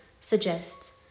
suggests